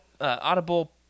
audible